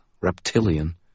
reptilian